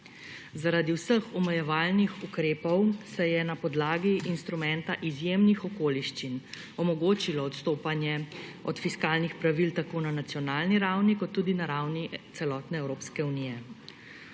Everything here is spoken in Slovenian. Zaradi vseh omejevalnih ukrepov se je na podlagi instrumenta izjemnih okoliščin omogočilo odstopanje od fiskalnih pravil tako na nacionalni ravni kot tudi na ravni celotne Evropske unije.